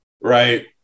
right